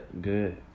Good